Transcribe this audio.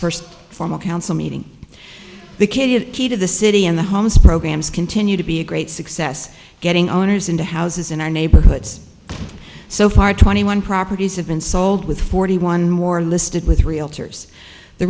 first formal council meeting the kadian key to the city and the homes programs continue to be a great success getting owners into houses in our neighborhoods so far twenty one properties have been sold with forty one more listed with realtors the